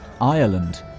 Ireland